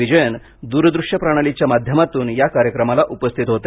विजयन दूरदृश्य प्रणालीच्या माध्यमातून या कार्यक्रमाला उपस्थित होते